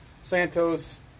Santos